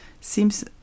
Seems